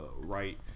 right